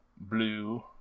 blue